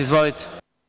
Izvolite.